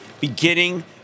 beginning